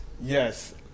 Yes